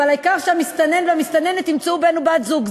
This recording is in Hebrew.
אבל העיקר שהמסתנן והמסתננת ימצאו בן-זוג או בת-זוג.